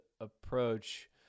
approach